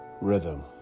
rhythm